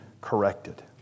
corrected